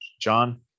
John